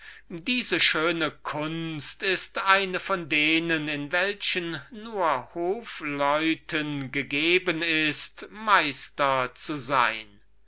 diese schöne kunst ist eine von denen in welchen nur den hofleuten gegeben ist meister zu sein